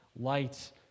light